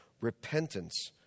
repentance